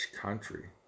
country